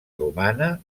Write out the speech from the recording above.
romana